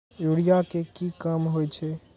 Urea के की काम होई छै?